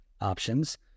options